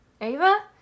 Ava